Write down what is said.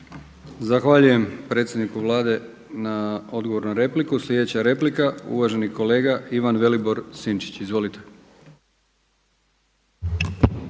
uvaženom predsjedniku Vlade na odgovoru na repliku. Sljedeća replika uvažena kolegica Sabina Glasovac. Izvolite.